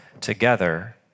together